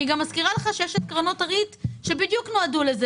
אני גם מזכירה לך שיש את קרנות ה-ריט שבדיוק נועדו לזה